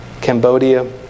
Cambodia